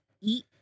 eat